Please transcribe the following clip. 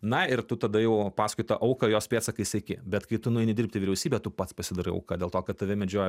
na ir tu tada jau paskui tą auką jos pėdsakais seki bet kai tu nueini dirbt į vyriausybę tu pats pasidarai auka dėl to kad tave medžioja